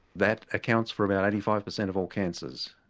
that accounts for about eighty five percent of all cancers,